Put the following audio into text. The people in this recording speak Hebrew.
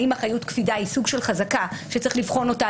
האם אחריות קפידה היא סוג של חזקה שצריך לבחון אותה